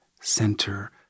center